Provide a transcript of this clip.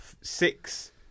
six